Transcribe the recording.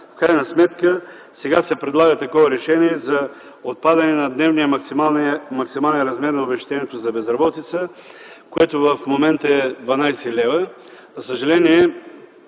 В крайна сметка сега се предлага такова решение за отпадане на дневния максимален размер на обезщетението за безработица, което в момента е 12,00 лв.